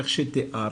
איך שתיארת,